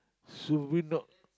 so we not